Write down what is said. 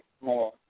more